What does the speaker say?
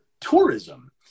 tourism